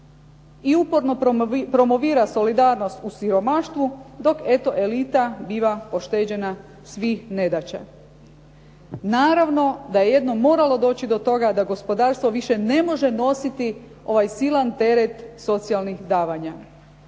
i uporno promovira solidarnost u siromaštvu dok eto elita biva pošteđena svih nedaća. Naravno da je jednom moralo doći do toga da gospodarstvo više ne može nositi ovaj silan teret socijalnih davanja.